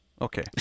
Okay